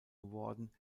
geworden